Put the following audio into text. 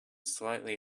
slightly